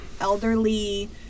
elderly